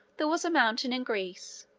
there was a mountain in greece,